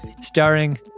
starring